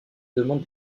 demande